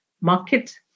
market